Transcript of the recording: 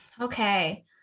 Okay